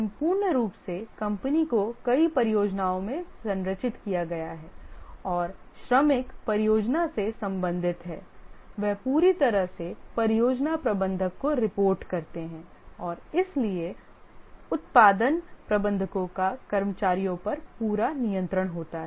संपूर्ण रूप से कंपनी को कई परियोजनाओं में संरचित किया गया है और श्रमिक परियोजना से संबंधित हैं वे पूरी तरह से परियोजना प्रबंधक को रिपोर्ट करते हैं और इसलिए उत्पादन प्रबंधकों का कर्मचारियों पर पूरा नियंत्रण होता है